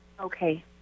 Okay